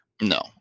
no